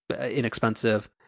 inexpensive